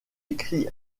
écrit